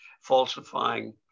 falsifying